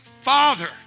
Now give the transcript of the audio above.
Father